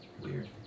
Weird